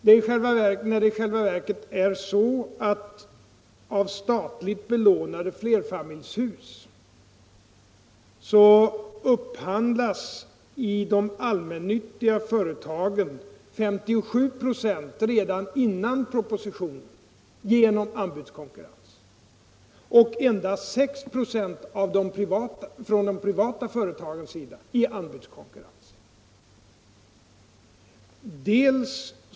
I själva verket är det så att av statligt belånade flerfamiljshus upphandlas i de allmännyttiga företagen 57 96 — redan före propositionen — i anbudskonkurrens, medan endast 6 26 hos de privata företagen upphandlas i anbudskonkurrens.